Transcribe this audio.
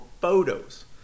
photos